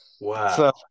Wow